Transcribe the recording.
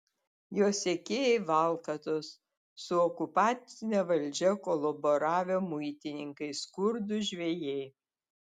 jo sekėjai valkatos su okupacine valdžia kolaboravę muitininkai skurdūs žvejai